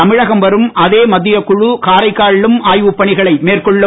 தமிழகம் வரும் அதே மத்திய குழு காரைக்காலிலும் ஆய்வு பணிகளை மேற்கொள்ளும்